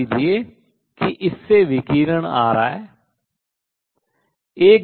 मान लीजिए कि इससे विकिरण आ रहा है